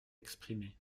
exprimée